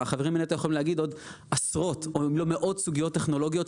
החברים מנת"ע יכולים להגיד עוד עשרות אם לא מאות סוגיות טכנולוגיות,